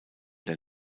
der